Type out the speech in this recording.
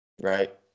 right